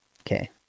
okay